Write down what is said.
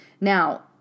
Now